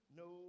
no